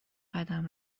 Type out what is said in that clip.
قدم